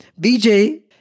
BJ